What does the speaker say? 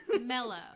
mellow